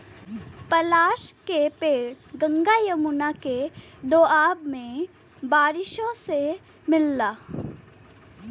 पलाश के पेड़ गंगा जमुना के दोआब में बारिशों से मिलला